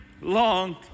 long